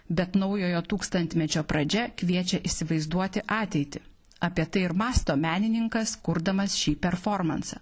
bet naujojo tūkstantmečio pradžia kviečia įsivaizduoti ateitį apie tai ir mąsto menininkas kurdamas šį performansą